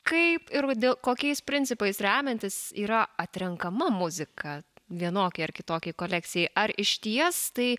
kaip ir kodėl kokiais principais remiantis yra atrenkama muzika vienokiai ar kitokiai kolekcijai ar išties tai